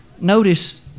Notice